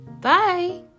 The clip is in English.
Bye